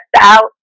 out